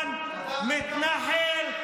אתה גזען, מתנחל,